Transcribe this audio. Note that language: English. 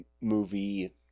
movie